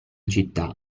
città